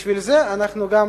בשביל זה אנחנו גם,